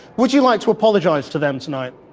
would you like to apologise to them tonight?